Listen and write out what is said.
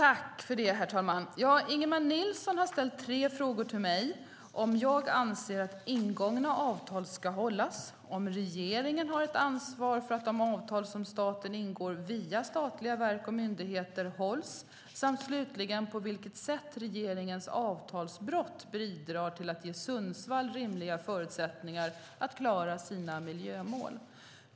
Herr talman! Ingemar Nilsson har ställt tre frågor till mig; om jag anser att ingångna avtal ska hållas, om regeringen har ett ansvar för att de avtal som staten ingår via statliga verk och myndigheter hålls samt slutligen på vilket sätt regeringens avtalsbrott bidrar till att ge Sundsvall rimliga förutsättningar att klara sina miljömål.